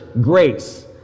Grace